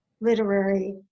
literary